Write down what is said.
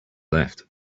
left